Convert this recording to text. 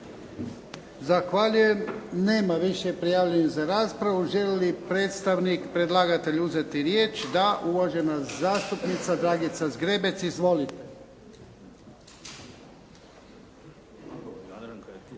Zahvaljujem. Nema više prijavljenih za raspravu. Želi li predstavnik predlagatelja uzeti riječ? Da. Uvažena zastupnica Dragica Zgrebec. Izvolite.